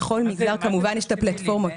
לכל מגזר כמובן יש את הפלטפורמה שלו.